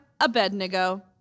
Abednego